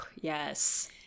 yes